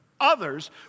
others